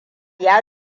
ya